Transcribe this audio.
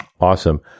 Awesome